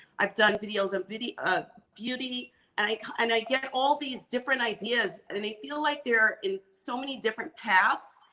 i've done videos of beauty of beauty and i and i get all these different ideas. and and they feel like they're in so many different paths,